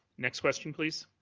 next question please.